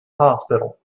hospital